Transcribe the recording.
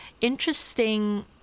interesting